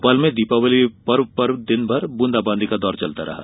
भोपाल में दीपावली पर्व पर दिन भर बूंदाबादी का दौर चलता रहा